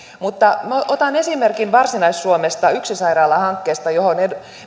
mutta otan esimerkin varsinais suomesta yksi sairaala hankkeesta johon